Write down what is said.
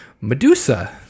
Medusa